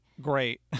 great